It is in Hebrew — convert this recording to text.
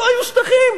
לא היו שטחים.